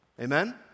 Amen